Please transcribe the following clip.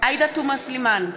עאידה תומא סלימאן,